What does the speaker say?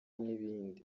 n’ibindi